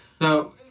Now